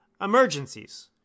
emergencies